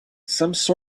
sort